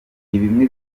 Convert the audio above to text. bimwe